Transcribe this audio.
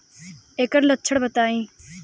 ऐकर लक्षण बताई?